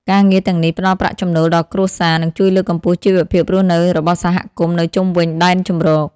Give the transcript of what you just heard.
ការងារទាំងនេះផ្តល់ប្រាក់ចំណូលដល់គ្រួសារ និងជួយលើកកម្ពស់ជីវភាពរស់នៅរបស់សហគមន៍នៅជុំវិញដែនជម្រក។